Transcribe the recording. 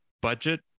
budget